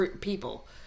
people